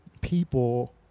People